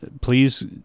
please